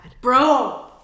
Bro